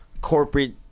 Corporate